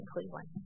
Cleveland